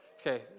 Okay